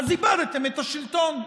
אז איבדתם את השלטון,